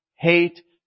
hate